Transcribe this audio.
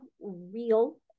real